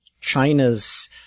China's